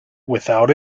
without